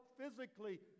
physically